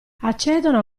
accedono